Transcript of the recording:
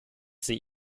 sie